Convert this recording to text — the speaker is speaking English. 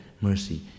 mercy